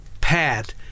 pat